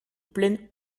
pleine